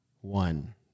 One